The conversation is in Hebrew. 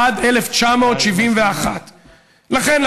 עד 1971. לכן,